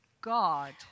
God